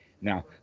Now